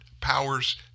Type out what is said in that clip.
powers